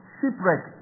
Shipwreck